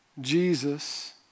Jesus